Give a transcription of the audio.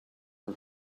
her